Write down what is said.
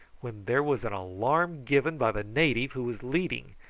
when there was an alarm given by the native who was leading,